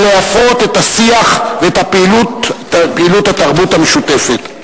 להפרות את השיח ואת פעילות התרבות המשותפת.